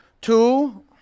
Two